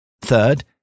Third